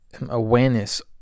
awareness